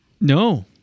No